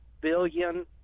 billion